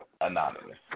anonymous